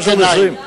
מאירת עיניים.